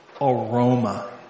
aroma